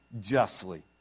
justly